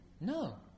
No